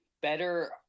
better